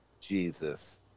Jesus